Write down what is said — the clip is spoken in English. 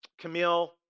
Camille